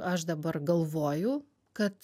aš dabar galvoju kad